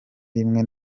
rimwe